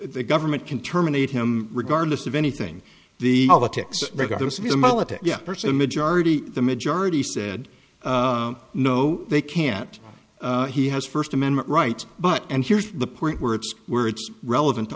the government can terminate him regardless of anything the politics regardless of the military yeah person majority the majority said no they can't he has first amendment right but and here's the point where it's where it's relevant to